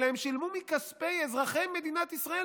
את אלה הם שילמו מכספי אזרחי מדינת ישראל,